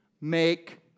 make